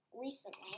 recently